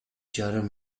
жарым